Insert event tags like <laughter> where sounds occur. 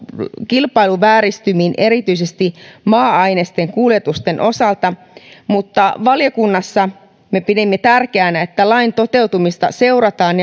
kilpailuvääristymiin erityisesti maa ainesten kuljetusten osalta mutta valiokunnassa me pidimme tärkeänä että lain toteutumista seurataan <unintelligible>